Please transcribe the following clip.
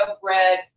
bread